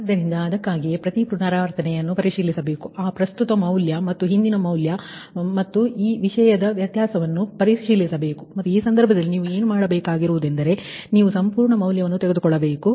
ಆದ್ದರಿಂದ ಅದಕ್ಕಾಗಿಯೇ ಪ್ರತಿ ಪುನರಾವರ್ತನೆಯನ್ನು ನೀವು ಪರಿಶೀಲಿಸಬೇಕು ಆ ಪ್ರಸ್ತುತ ಮೌಲ್ಯ ಮತ್ತು ಹಿಂದಿನ ಮೌಲ್ಯ ಮತ್ತು ಪ್ರಸ್ತುತ ಮೌಲ್ಯ ಮತ್ತು ಈ ವಿಷಯದ ವ್ಯತ್ಯಾಸವನ್ನು ಪರಿಶೀಲಿಸಬೇಕು ಮತ್ತು ಈ ಸಂದರ್ಭದಲ್ಲಿ ನೀವು ಏನು ಮಾಡಬೇಕಾಗಿರುವುದು ಎಂದರೆ ಇಲ್ಲಿ ನೀವು ಸಂಪೂರ್ಣ ಮೌಲ್ಯವನ್ನು ತೆಗೆದುಕೊಳ್ಳಬೇಕು